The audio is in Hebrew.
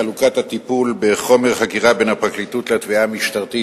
חלוקת הטיפול בחומר חקירה בין הפרקליטות לתביעה המשטרתית